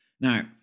Now